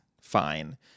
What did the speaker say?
fine